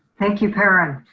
thank you parend.